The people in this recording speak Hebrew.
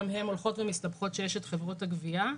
גם הן הולכות ומסתבכות כשיש את חברות הגבייה,